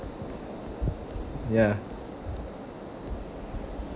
ya